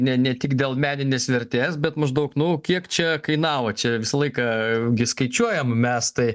ne ne tik dėl meninės vertės bet maždaug nu kiek čia kainavo čia visą laiką gi skaičiuojam mes tai